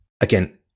again